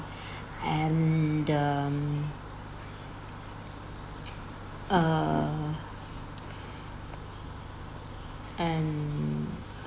and um err and